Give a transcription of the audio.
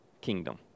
kingdom